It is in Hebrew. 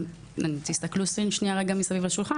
גם תסתכלו שנייה רגע מסביב לשולחן.